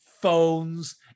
phones